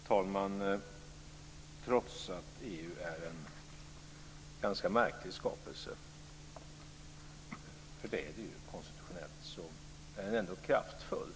Herr talman! Trots att EU är en ganska märklig skapelse, för det är det ju konstitutionellt är den ändå kraftfull.